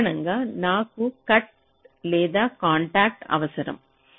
సాధారణంగా నాకు కట్ లేదా కాంటాక్ట్ అవసరం